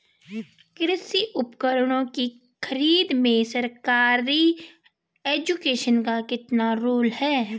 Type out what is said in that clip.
कृषि उपकरण की खरीद में सरकारी एजेंसियों का कितना रोल है?